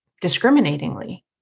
discriminatingly